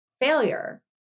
failure